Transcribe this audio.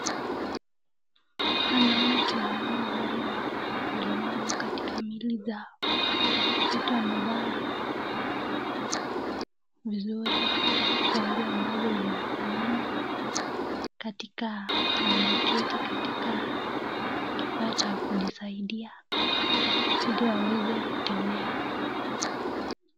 Hapa naona akina mama ambao wanaulemavu katika mili zao, wote wamevaa vizuri kwa nguo ambazo zinafanana, na wameketi katika kifaa cha kujisaidia ili waweze kutembea.